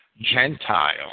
Gentile